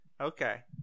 Okay